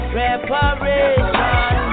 reparation